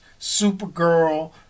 Supergirl